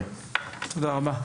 תודה רבה.